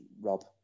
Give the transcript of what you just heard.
Rob